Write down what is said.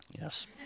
yes